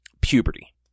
puberty